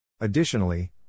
Additionally